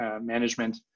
management